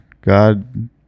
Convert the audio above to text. God